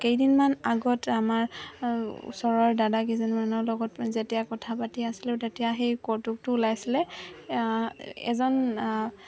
কেইদিনমান আগত আমাৰ ওচৰৰ দাদা কেইজনমানৰ লগত যেতিয়া কথা পাতি আছিলোঁ তেতিয়া সেই কৌতুকটো ওলাইছিলে এজন